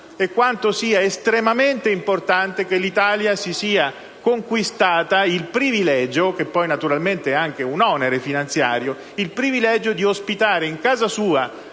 e quanto sia estremamente importante che l'Italia si sia conquistata il privilegio - che poi naturalmente è anche un onere finanziario - di ospitare in casa sua,